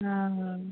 हाँ हाँ